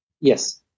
Yes